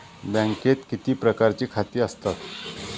बँकेत किती प्रकारची खाती आसतात?